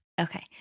okay